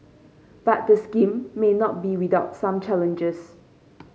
but the scheme may not be without some challenges